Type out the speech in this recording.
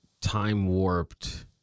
time-warped